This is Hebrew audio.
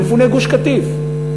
למפוני גוש-קטיף.